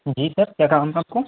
जी sir क्या काम था आपको